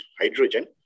hydrogen